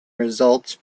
results